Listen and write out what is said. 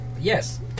yes